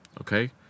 okay